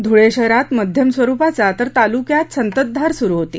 धुळे शहरात मध्यम स्वरूपाचा तर तालुक्यात संततधार सुरू होती